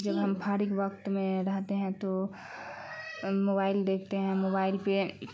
جب ہم پھاڑگ وقت میں رہتے ہیں تو موبائل دیکھتے ہیں موبائل پہ